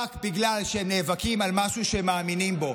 רק בגלל שהם נאבקים על משהו שהם מאמינים בו.